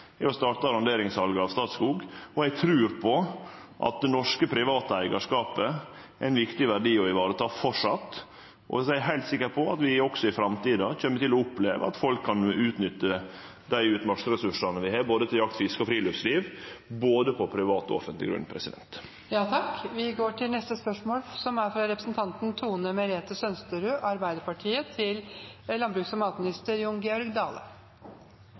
å starte arronderingssalet av Statskog, og eg trur på at den norske private eigarskapen framleis er ein viktig verdi å vareta. Eg er heilt sikker på at vi også i framtida kjem til å oppleve at folk kan utnytte dei utmarksressursane vi har, til både jakt, fiske og friluftsliv, på både privat og offentleg grunn. «Skognæringen har et stort potensial for industriutvikling og videreforedling, ikke minst i skogfylket Hedmark. Statskog som